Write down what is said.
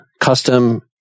custom